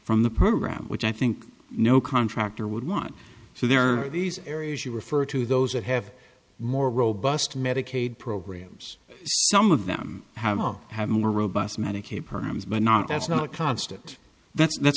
from the program which i think no contractor would want so there are these areas you refer to those that have more robust medicaid programs some of them have all have more robust medicaid programs but not that's not constant that's that's